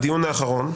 בדיון האחרון,